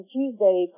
Tuesday